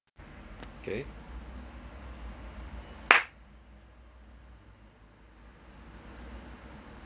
okay